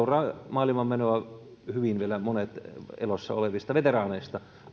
maailman menoa hyvin monet vielä elossa olevista veteraaneista